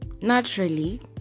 Naturally